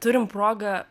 turim progą